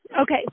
Okay